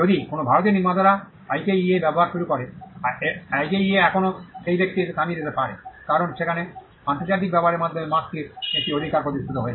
যদি কোনও ভারতীয় নির্মাতারা আইকেইএ ব্যবহার শুরু করে আইকেইএ এখনও সেই ব্যক্তিকে এসে থামিয়ে দিতে পারে কারণ সেখানে আন্তর্জাতিক ব্যবহারের মাধ্যমে মার্কটির একটি অধিকার প্রতিষ্ঠিত হয়েছে